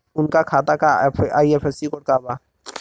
उनका खाता का आई.एफ.एस.सी कोड का बा?